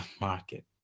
market